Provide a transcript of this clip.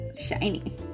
shiny